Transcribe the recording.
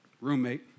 roommate